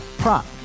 prop